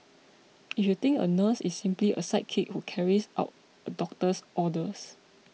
if you think a nurse is simply a sidekick who carries out a doctor's orders